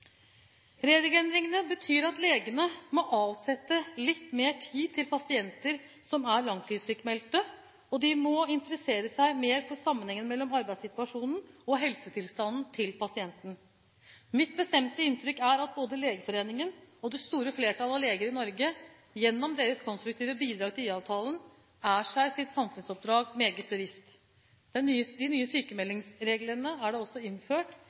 betyr at legene må avsette litt mer tid til pasienter som er langtidssykmeldte, og de må interessere seg mer for sammenhengen mellom arbeidssituasjonen og helsetilstanden til pasientene. Mitt bestemte inntrykk er at både Legeforeningen og det store flertall av leger i Norge gjennom sine konstruktive bidrag til IA-avtalen er seg sitt samfunnsoppdrag meget bevisst. De nye sykmeldingsreglene er da også innført